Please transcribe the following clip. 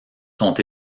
sont